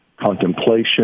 contemplation